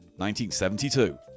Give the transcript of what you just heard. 1972